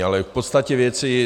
Ale k podstatě věci.